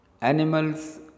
Animals